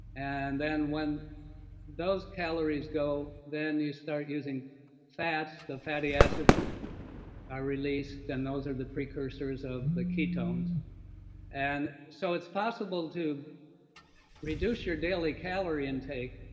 and then, when those calories go, then you start using fats. the fatty acids are released and those are the precursors of the ketones and so it's possible to reduce your daily calorie intake,